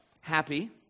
happy